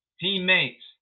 Teammates